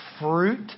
fruit